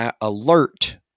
alert